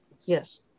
Yes